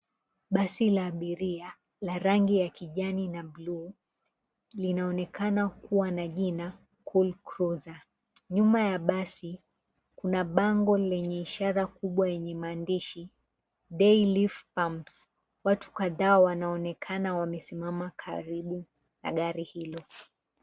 Basi la abiria la rangi ya kijani na buluu linaonekana kuwa na jina, Cool Closer. Nyuma ya basi kuna bango lenye ishara kubwa yenye maandishi, cs] Day live spams . Watu kandhaa wanaonekana wamesimama karibu na gari hilo.